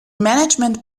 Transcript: management